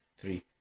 three